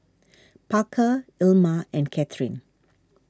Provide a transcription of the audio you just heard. Parker Ilma and Kathrine